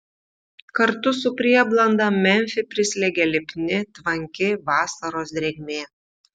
kartu su prieblanda memfį prislėgė lipni tvanki vasaros drėgmė